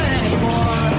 anymore